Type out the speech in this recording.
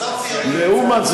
הינה,